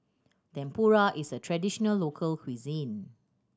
tempura is a traditional local cuisine